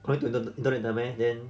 according to the direct 的 meh then